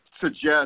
suggest